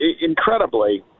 Incredibly